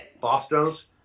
Boston's